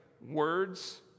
words